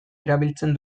erabiltzen